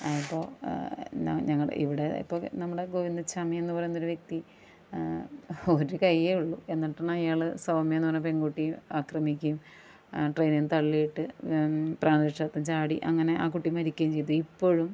അപ്പോൾ എന്നാ ഞങ്ങളുടെ ഇവിടെ ഇപ്പം നമ്മുടെ ഗോവിന്തച്ചാമിയെന്ന് പറയുന്ന ഒര് വ്യക്തി ഒര് കൈയ്യേ ഉള്ളു എന്നിട്ടാണയാൾ സൗമ്യ എന്ന് പറയുന്ന പെൺകുട്ടിയെ അക്രമിക്കുകയും ട്രെയ്നിൽ നിന്ന് തള്ളിയിട്ട് പ്രാണരക്ഷാർത്ഥം ചാടി അങ്ങനെ ആ കുട്ടി മരിയ്ക്കുകയും ചെയ്തു ഇപ്പൊഴും